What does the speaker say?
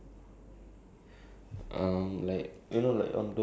then they give like facts about uh like something